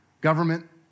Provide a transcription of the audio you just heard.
government